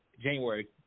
January